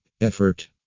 Effort